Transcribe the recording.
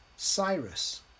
Cyrus